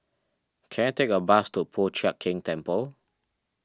can I take a bus to Po Chiak Keng Temple